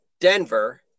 Denver